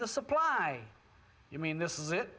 the supply you mean this is it